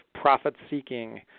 profit-seeking